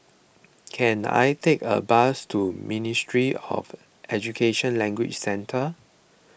can I take a bus to Ministry of Education Language Centre